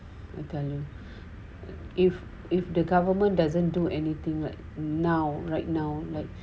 I tell you if if the government doesn't do anything right now right now like